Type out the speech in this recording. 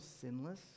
sinless